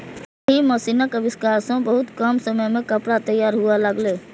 एहि मशीनक आविष्कार सं बहुत कम समय मे कपड़ा तैयार हुअय लागलै